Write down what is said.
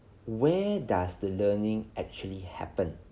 where does the learning actually happen